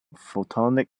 photonic